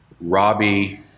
Robbie